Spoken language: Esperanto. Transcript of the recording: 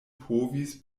povis